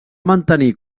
mantenir